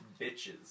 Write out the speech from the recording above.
bitches